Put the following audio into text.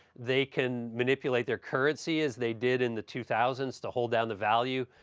they can manipulate their currency, as they did in the two thousand s, to hold down the value,